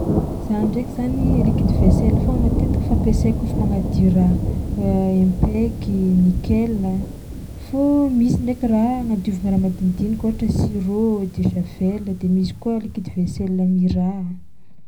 Za ndraiky zany liquide vaisselle foagna matetiky fampiasaiko kaofa magnadio raha impec, nickel; fô misy ndraiky raha agnadiovana raha ôhatra sur'eau, eau de javel de misy koa liquide vaisselle mira.